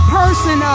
person